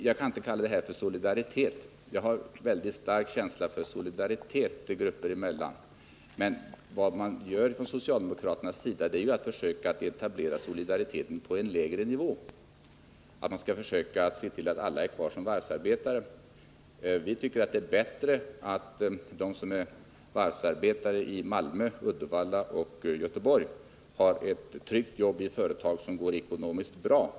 Jag kan inte kalla socialdemokraternas agerande för solidaritet. Jag haren Nr 165 mycket stark känsla för solidaritet grupper emellan. Det man gör från Torsdagen den socialdemokraternas sida är ju att etablera solidariteten på en lägre nivå 5 juni 1980 genom att försöka se till att alla är kvar som varvsarbetare i stället för att gå över till andra arbeten. Vi tycker att det är bättre att de som är varvsarbetare i Malmö, Uddevalla och Göteborg har ett tryggt jobb i ett företag som går ekonomiskt bra.